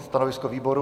Stanovisko výboru?